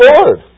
Lord